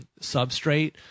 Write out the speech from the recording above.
substrate